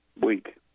week